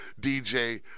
DJ